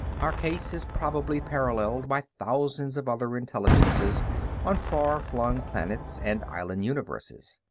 our case is probably paralleled by thousands of other intelligences on far-flung planets and island universes.